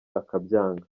akabyanga